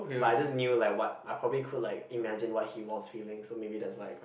like I just knew like what I probably could like imagine what he was feeling so maybe that's why I cried